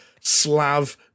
Slav